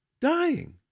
dying